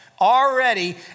Already